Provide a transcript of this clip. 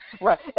Right